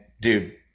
dude